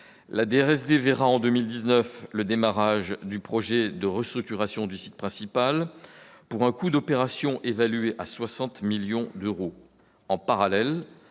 La DRSD verra, en 2019, le démarrage du projet de restructuration du site central pour un coût évalué à 60 millions d'euros.